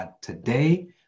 today